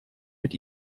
mit